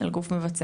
על גוף מבצע.